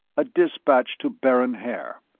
a dispatch to baron haer.